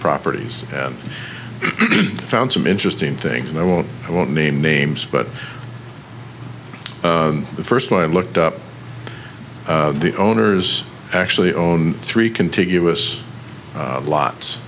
properties and found some interesting things and i won't i won't name names but the first one i looked up the owners actually own three contiguous lots